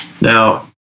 Now